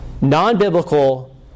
Non-biblical